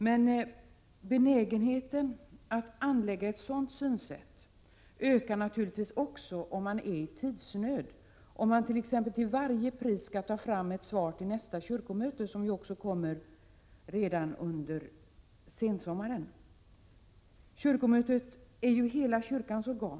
Men benägenheten att anlägga ett sådant synsätt ökar naturligtvis också om man är i tidsnöd, om man t.ex. till varje pris skall ta fram ett svar till nästa kyrkomöte, som kommer att hållas redan under sensommaren. Kyrkomötet är ju hela kyrkans organ.